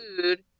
food